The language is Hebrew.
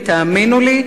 ותאמינו לי,